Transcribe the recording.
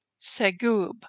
Segub